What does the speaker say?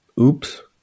Oops